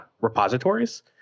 repositories